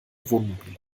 wohnmobil